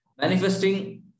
Manifesting